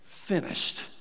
finished